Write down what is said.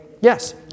Yes